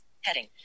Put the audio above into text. heading